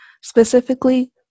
specifically